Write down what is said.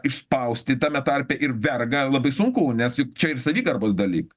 išspausti tame tarpe ir vergą labai sunku nes juk čia ir savigarbos dalykai